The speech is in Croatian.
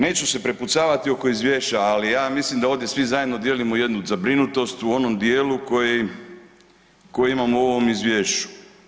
Neću se prepucavati oko Izvješća, ali ja mislim da ovdje svi zajedno dijelimo jednu zabrinutost u onom dijelu u kojem, koji imamo u ovom Izvješću.